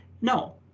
No